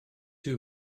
too